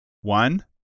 one